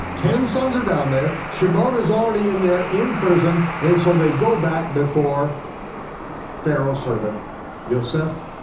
ten sons are down there, shimon is already in there in prison. and so they go back before pharaoh's servant yoseph,